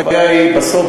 הבעיה היא בסוף,